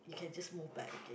you can just move back again